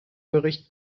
bericht